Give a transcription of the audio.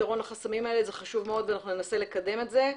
פתרון לחסמים האלה הוא חשוב מאוד וננסה לקדם אותו.